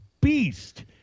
beast